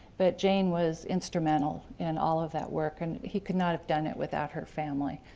but jane was instrumental in all of that work, and he could not have done it without her family.